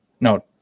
No